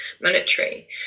monetary